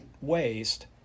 waste